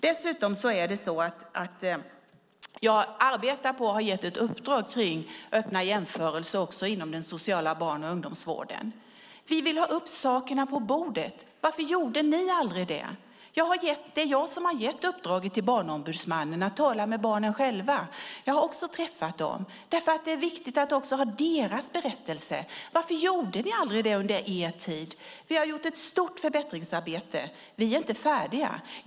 Dessutom har jag gett ett uppdrag om öppna jämförelser också inom den sociala barn och ungdomsvården. Vi vill ha upp saker och ting på bordet. Varför gjorde ni aldrig det? Det är jag som har gett uppdraget till Barnombudsmannen att tala med barnen själva. Jag har också träffat dem. Det är viktigt att också ha deras berättelse. Varför gjorde ni inte det under er tid? Vi har gjort ett stort förbättringsarbete. Vi är inte färdiga.